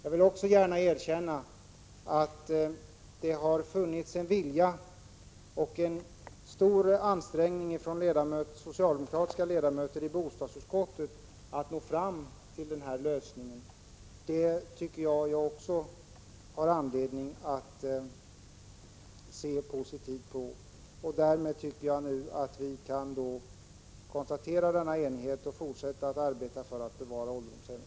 Jag vill också gärna erkänna att det har visats en vilja från socialdemokratiska ledamöter i bostadsutskottet att nå fram till den lösning som åstadkommits och att de har ansträngt sig för detta. Vi kan nu konstatera att enighet råder och kan fortsätta att arbeta för att bevara ålderdomshemmen.